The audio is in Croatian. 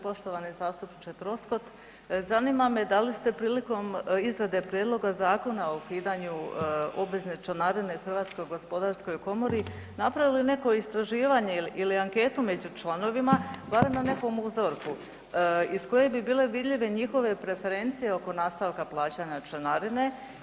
Poštovani zastupniče Troskot zanima me da li ste prilikom izrade Prijedloga zakona o ukidanju obvezne članarine Hrvatskoj gospodarskoj komori napravili neko istraživanje ili anketu među članovima barem na nekom uzorku iz koje bi bile vidljive njihove preferencije oko nastavka plaćanja članarine?